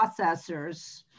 processors